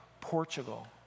Portugal